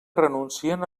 renuncien